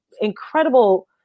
incredible